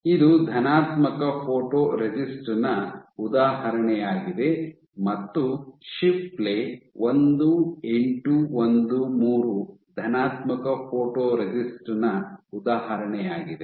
ಇದು ಧನಾತ್ಮಕ ಫೋಟೊರೆಸಿಸ್ಟ್ ನ ಉದಾಹರಣೆಯಾಗಿದೆ ಮತ್ತು ಶಿಪ್ಲೆ 1813 ಧನಾತ್ಮಕ ಫೋಟೊರೆಸಿಸ್ಟ್ ನ ಉದಾಹರಣೆಯಾಗಿದೆ